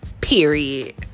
period